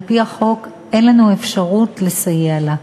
על-פי החוק, אין לנו אפשרות לסייע לה,